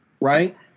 right